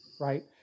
right